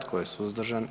Tko je suzdržan?